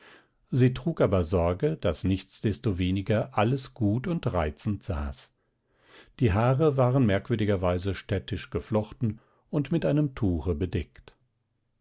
sie trug aber sorge daß nichtsdestoweniger alles gut und reizend saß die haare waren merkwürdigerweise städtisch geflochten und mit einem tuche bedeckt